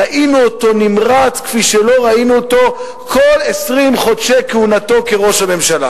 ראינו אותו נמרץ כפי שלא ראינו אותו כל 20 חודשי כהונתו כראש הממשלה.